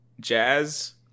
jazz